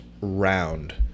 round